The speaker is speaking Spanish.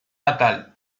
natal